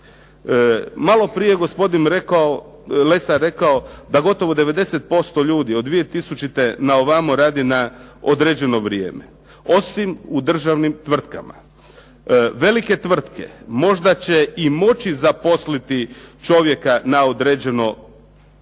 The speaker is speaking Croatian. Malo prije je gospodin Lesar rekao da gotovo 90% ljudi od 2000. na ovamo radi na određeno vrijeme osim u državnim tvrtkama. Velike tvrtke možda će i moći zaposliti čovjeka na neodređeno vrijeme.